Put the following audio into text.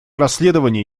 расследование